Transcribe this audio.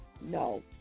No